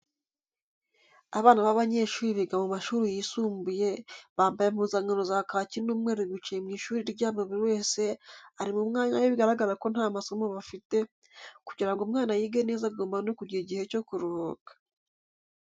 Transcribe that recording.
Abana b'abanyeshuri biga mu mashuri yisumbuye bambaye impuzankano za kaki n'umweru bicaye mu ishuri ryabo buri wese ari mu mwanya we biragaragara ko nta masomo bafite, kugira ngo umwana yige neza agomba no kugira igihe cyo kuruhuka.